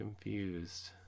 confused